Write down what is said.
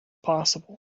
possible